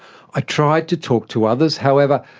i tried to talk to others. however,